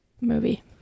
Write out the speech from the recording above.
movie